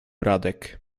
radek